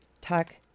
talk